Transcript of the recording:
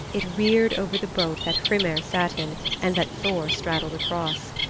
it reared over the boat that hrymer sat in and that thor straddled across.